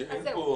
נכנס?